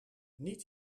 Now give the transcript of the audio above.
niet